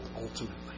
ultimately